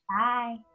Bye